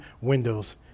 windows